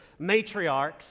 matriarchs